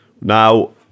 Now